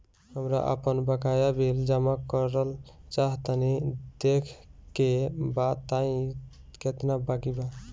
हमरा आपन बाकया बिल जमा करल चाह तनि देखऽ के बा ताई केतना बाकि बा?